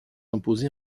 imposé